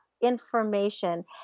information